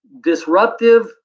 disruptive